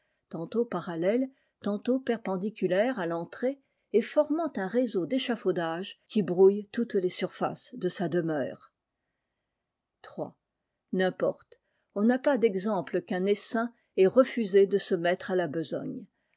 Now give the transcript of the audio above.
tantôt parallèles tantôt perpendiculaires à l'entrée et formant un réseau d'échafaudage qui brouillent toutes les surfaces de sa demeure iii n'importe on n a pas d'exemple qu'un essaim ait reiusé de se mettre à la besogne